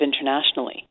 internationally